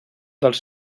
dels